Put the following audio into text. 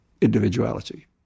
individuality